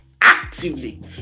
actively